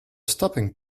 stopping